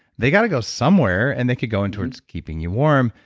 they got to go somewhere and they could go in towards keeping your warm,